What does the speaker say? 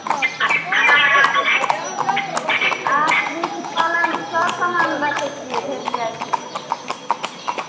अहाँ ब्यूटी पार्लरमे सभ सामान रखै छियै भेट जाइ छै